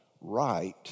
right